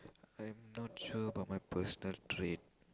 I'm not sure about my personal trait